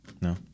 no